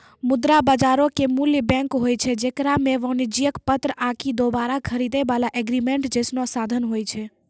मुद्रा बजारो के मूल बैंक होय छै जेकरा मे वाणिज्यक पत्र आकि दोबारा खरीदै बाला एग्रीमेंट जैसनो साधन होय छै